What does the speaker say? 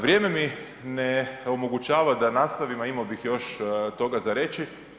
Vrijeme mi ne omogućava da nastavim, a imao bi još toga za reći.